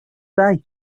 day